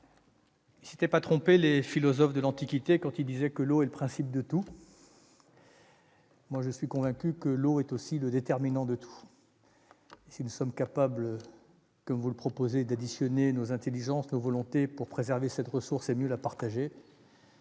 les sénateurs, les philosophes de l'Antiquité, quand ils disaient que l'eau est le principe de tout, ne se trompaient pas ! Pour ma part, je suis convaincu que l'eau est aussi le déterminant de tout, et si nous sommes capables, comme vous le proposez, d'additionner nos intelligences et nos volontés pour préserver cette ressource et mieux la partager,